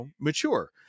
mature